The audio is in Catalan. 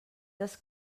des